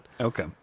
Okay